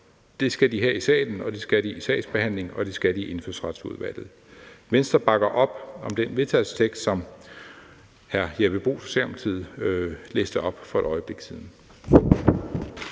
Det skal de her i salen, og det skal de i sagsbehandlingen, og det skal de i Indfødsretsudvalget. Venstre bakker op om den vedtagelsestekst, som hr. Jeppe Bruus, Socialdemokratiet, læste op for et øjeblik siden.